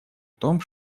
том